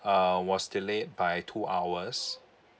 uh was delayed by two hours